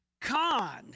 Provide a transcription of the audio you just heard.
Con